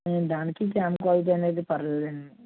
దానికి cam quality అనేది పర్లేదండి